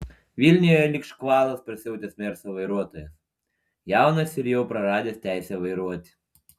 vilniuje lyg škvalas prasiautęs merso vairuotojas jaunas ir jau praradęs teisę vairuoti